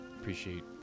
appreciate